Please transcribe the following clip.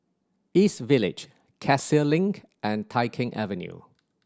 East Village Cassia Link and Tai Keng Avenue